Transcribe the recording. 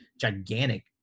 gigantic –